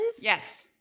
Yes